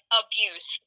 abuse